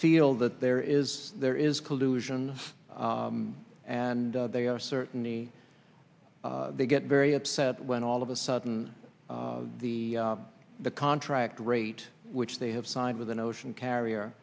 feel that there is there is collusion and they are certainly they get very upset when all of a sudden the the contract rate which they have signed with an ocean carrier